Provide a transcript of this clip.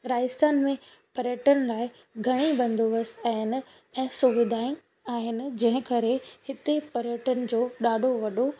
राजस्थान में पर्यटन लाइ घणेई बंदोबस्तु आहिनि ऐं सुविधाऊं आहिनि जंहिं करे हिते पर्यटन जो ॾाढो वॾो